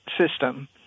system